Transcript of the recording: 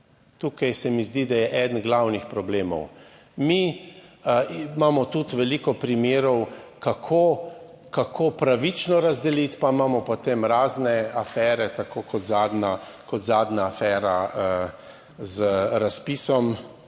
Tukaj se mi zdi, da je eden glavnih problemov. Mi imamo tudi veliko primerov, kako pravično razdeliti, pa imamo potem razne afere, tako kot zadnja afera z razpisom